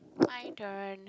my turn